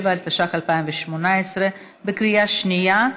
57), התשע"ח 2018, בקריאה שנייה.